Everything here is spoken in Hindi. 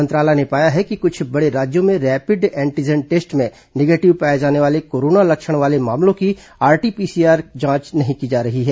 मंत्रालय ने पाया है कि कुछ बड़े राज्यों में रैपिड एंटीजन टेस्ट में निगेटिव पाये जाने वाले कोरोना लक्षण वाले मामलों की आरटी पीसीआर जांच नहीं की जा रही है